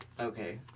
Okay